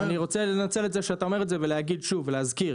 אני רוצה לנצל את זה שאתה אומר את זה ולומר שוב ולהזכיר